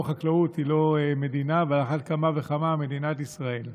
חקלאות היא לא מדינה ועל אחת כמה וכמה מדינת ישראל.